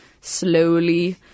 slowly